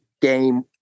game